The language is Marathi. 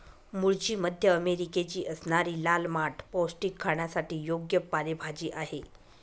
मूळची मध्य अमेरिकेची असणारी लाल माठ पौष्टिक, खाण्यासाठी योग्य पालेभाजी आहे